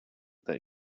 that